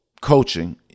coaching